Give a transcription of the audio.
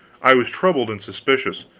i was troubled and suspicious.